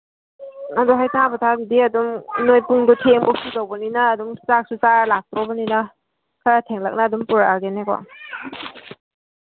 ꯑꯗꯨ ꯍꯩꯊꯥ ꯄꯣꯊꯥꯗꯨꯗꯤ ꯑꯗꯨꯝ ꯅꯈꯣꯏ ꯄꯨꯡꯗꯣ ꯊꯦꯡꯕ ꯐꯥꯎꯕ ꯁꯨꯒꯗꯧꯕꯅꯤꯅ ꯑꯗꯨꯝ ꯆꯥꯛꯁꯨ ꯆꯥꯔꯒ ꯂꯥꯛꯀꯗꯧꯔꯕꯅꯤꯅ ꯈꯔ ꯊꯦꯡꯂꯞꯅ ꯑꯗꯨꯝ ꯄꯨꯔꯛꯑꯒꯦꯅꯦꯀꯣ